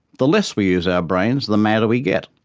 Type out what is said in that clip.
the less we use our brains, the madder we get.